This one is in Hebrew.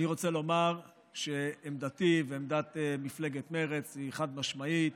אני רוצה לומר שעמדתי ועמדת מפלגת מרצ היא חד-משמעית: